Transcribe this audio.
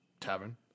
tavern